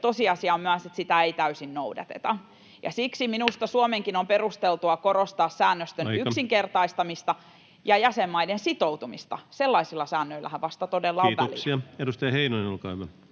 Tosiasia on myös, että sitä ei täysin noudateta, ja siksi minusta Suomenkin on perusteltua korostaa [Puhemies: Aika!] säännöstön yksinkertaistamista ja jäsenmaiden sitoutumista. Sellaisilla säännöillähän vasta todella on väliä. [Speech 94] Speaker: